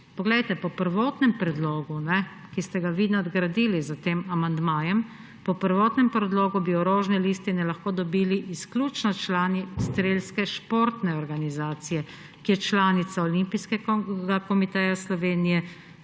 Poglejte, po prvotnem predlogu, ki ste ga vi nadgradili s tem amandmajev, bi orožne listine lahko dobili izključno člani strelske športne organizacije, ki je članica Olimpijskega komiteja Slovenije